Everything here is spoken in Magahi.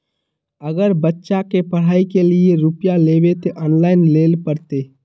अगर बच्चा के पढ़ाई के लिये रुपया लेबे ते ऑनलाइन लेल पड़ते?